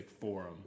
forum